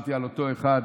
שאמרתי של אותו אחד